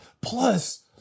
Plus